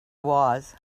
was